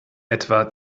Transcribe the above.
etwa